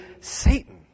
Satan